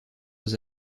aux